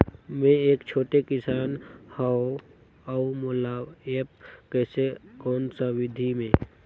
मै एक छोटे किसान हव अउ मोला एप्प कइसे कोन सा विधी मे?